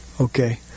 Okay